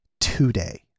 today